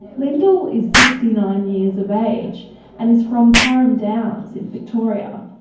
lyndall is sixty nine years of age and is from carrum downs in victoria.